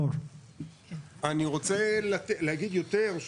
אני רוצה להגיד יותר,